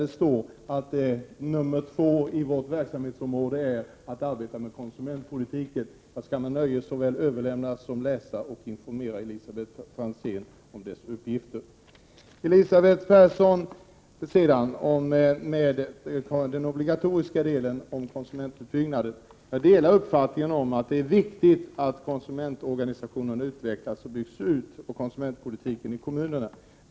Det står där att vi som andra uppgift har att arbeta med konsumentpolitiken inom vårt område. Jag skall med nöje informera Elisabet Franzén om distriktets uppgifter. Elisabeth Persson talade för en obligatorisk utbyggnad av konsumentvägledningen. Jag delar uppfattningen att det är viktigt att konsumentorganisationerna och konsumentpolitiken i kommunerna utvecklas och byggs ut.